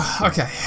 Okay